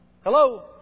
Hello